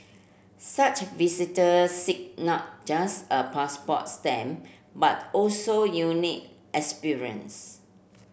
such visitors seek not just a passport stamp but also unique experience